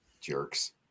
Jerks